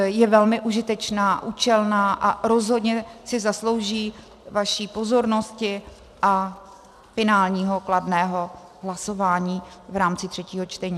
Je velmi užitečná, účelná a rozhodně si zaslouží vaši pozornosti a finálního kladného hlasování v rámci třetího čtení.